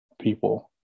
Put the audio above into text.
people